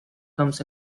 comes